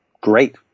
great